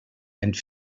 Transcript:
and